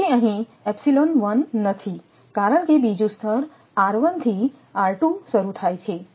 તેથી અહીં કારણ કે બીજું સ્તર થી શરૂ થાય છે